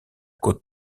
côte